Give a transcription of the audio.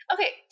Okay